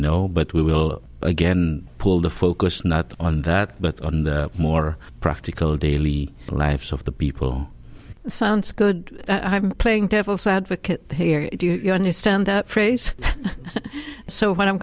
know but we will again pull the focus not on that but on the more practical daily lives of the people sounds good i'm playing devil's advocate here do you understand that phrase so what i'm